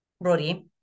Brody